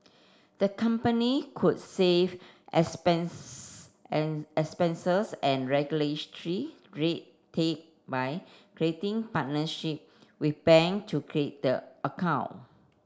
the company could save expense and expenses and red tape by creating partnership with bank to create the account